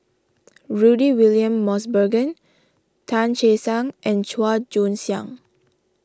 Rudy William Mosbergen Tan Che Sang and Chua Joon Siang